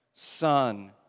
son